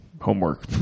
Homework